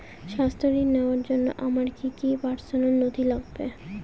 স্বাস্থ্য ঋণ নেওয়ার জন্য আমার কি কি পার্সোনাল নথি লাগবে?